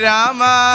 Rama